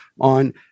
on